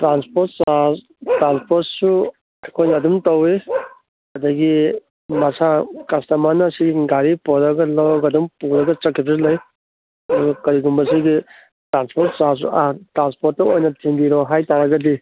transport charge ꯇ꯭ꯔꯥꯟꯁꯄꯣꯔꯠꯁꯨ ꯑꯩꯈꯣꯏꯅ ꯑꯗꯨꯝ ꯇꯧꯏ ꯑꯗꯒꯤ ꯃꯁꯥ ꯀꯁꯇꯃꯔꯁꯤꯡꯅ ꯒꯥꯔꯤ ꯄꯣꯔꯛꯑꯒ ꯂꯧꯔꯒ ꯑꯗꯨꯝ ꯄꯨꯔꯒ ꯆꯠꯈꯤꯕꯁꯨ ꯂꯩ ꯑꯗꯣ ꯀꯩꯒꯨꯝꯕ ꯁꯤꯒꯤ ꯇ꯭ꯔꯥꯟꯁꯄꯣꯔꯠ ꯆꯥꯔꯖ ꯇ꯭ꯔꯥꯟꯁꯄꯣꯔꯠꯇ ꯑꯣꯏꯅ ꯊꯤꯟꯕꯤꯔꯛꯑꯣ ꯍꯥꯏꯇꯥꯔꯒꯗꯤ